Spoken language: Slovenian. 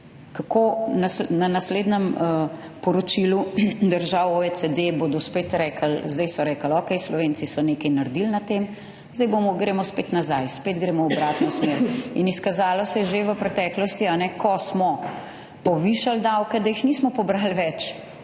Na naslednjem poročilu držav OECD bodo spet rekli, zdaj so rekli: »Okej, Slovenci so nekaj naredili na tem«, zdaj gremo spet nazaj, spet gremo v obratno smer. In izkazalo se je že v preteklosti, ko smo povišali davke, da jih nismo pobrali več,